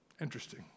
Interesting